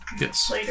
Yes